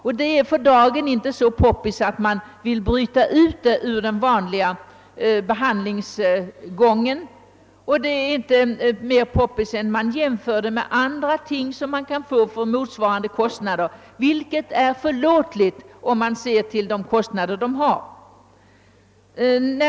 Men det är för dagen inte så >poppis>, att man vill bryta den vanliga tågordningen. Och det är inte mer >poppis> än att man jämför det med andra ting som man kan få för motsvarande kostnader. Detta är förståeligt med hänsyn till de kostnader man har på sjukvårdens område.